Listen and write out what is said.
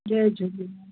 Jay Jhulelal